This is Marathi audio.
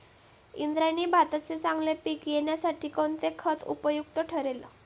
इंद्रायणी भाताचे चांगले पीक येण्यासाठी कोणते खत उपयुक्त ठरेल?